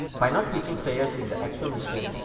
by not teaching players in the actual mission,